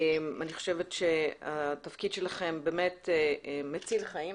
אני חושבת שהתפקיד שלכם מציל חיים,